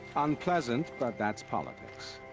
unpleasant, but that's politics.